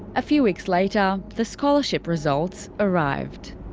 a few weeks later, the scholarship results arrived.